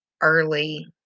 early